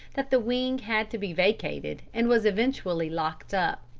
that the wing had to be vacated and was eventually locked up.